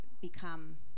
become